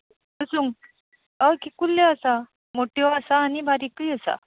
हय कुल्ल्यो आसा मोठ्यो आसा आनी बारीकूय आसा